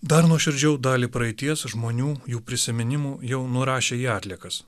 dar nuoširdžiau dalį praeities žmonių jų prisiminimų jau nurašė į atliekas